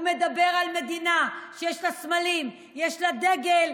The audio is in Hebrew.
הוא מדבר על מדינה שיש לה סמלים, שיש לה דגל,